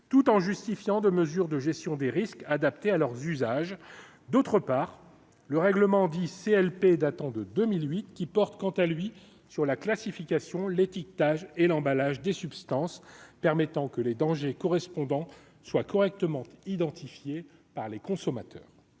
tout en justifiant de mesures de gestion des risques adaptées à leurs usages, d'autre part, le règlement dit CLP datant de 2008 qui porte quant à lui sur la classification, l'étiquetage et l'emballage des substances permettant que les dangers correspondants soient correctement identifié par les consommateurs